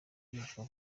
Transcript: yicwa